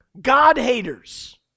God-haters